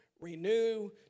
Renew